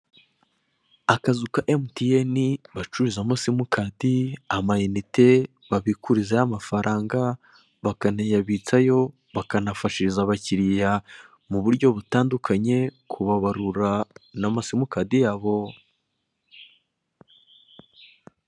Akazu ka MTN bacururizamo simukadi, amayinite, babikurizayo amafaranga bakanayabitsayo, bakanafashiriza abakiriya mu buryo butandukanye kubabarura n'amasimukadi yabo.